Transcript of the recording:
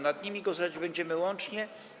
Nad nimi głosować będziemy łącznie.